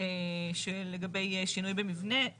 לגבי שינוי במבנה, שוב,